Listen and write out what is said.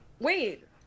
Wait